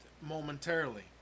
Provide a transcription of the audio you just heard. momentarily